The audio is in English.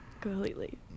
Completely